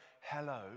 hello